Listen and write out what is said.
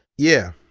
yeah.